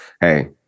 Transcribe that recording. hey